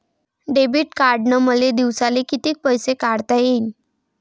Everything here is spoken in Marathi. डेबिट कार्डनं मले दिवसाले कितीक पैसे काढता येईन?